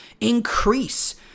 increase